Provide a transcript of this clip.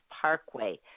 Parkway